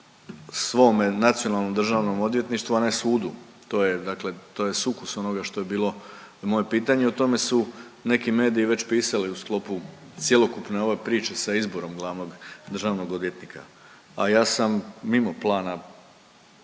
svome nacionalnom državnom odvjetništvu, a ne sudu, to je dakle, to je sukus onoga što je bilo moje pitanje i o tome su neki mediji već pisali u sklopu cjelokupne ove priče sa izborom glavnog državnog odvjetnika, a ja sam mimo plana,